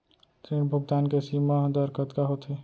ऋण भुगतान के सीमा दर कतका होथे?